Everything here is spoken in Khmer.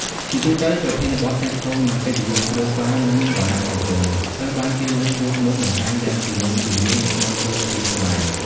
ជាទូទៅ ប្រធានបទទាក់ទងនឹងកិត្តិយសគ្រួសារ និងវណ្ណៈសង្គម ត្រូវបានគេលើកយកមកបង្ហាញយ៉ាងទូលំទូលាយនៅក្នុងរឿងភាគខ្មែរ។